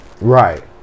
Right